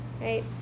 right